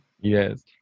yes